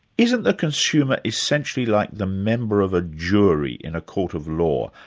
isn't the consumer essentially like the member of a jury in a court of law,